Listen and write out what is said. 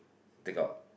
take out